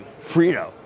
Frito